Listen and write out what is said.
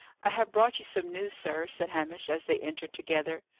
i have brought you some news, sir, said hamish, as they entered together.